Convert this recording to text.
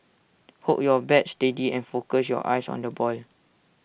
hold your bat steady and focus your eyes on the ball